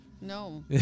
No